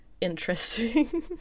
interesting